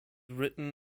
written